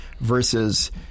versus